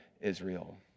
Israel